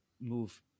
move